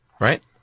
right